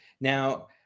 Now